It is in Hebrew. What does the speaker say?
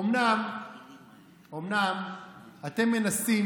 אומנם אתם מנסים.